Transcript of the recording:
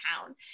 town